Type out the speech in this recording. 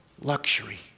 luxury